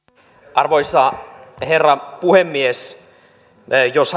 arvoisa herra puhemies jos